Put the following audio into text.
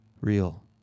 real